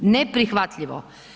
Neprihvatljivo.